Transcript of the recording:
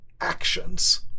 actions